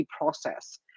process